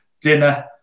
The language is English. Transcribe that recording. dinner